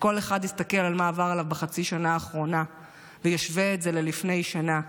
שכל אחד יסתכל מה עבר עליו בחצי השנה האחרונה וישווה את זה ללפני שנה,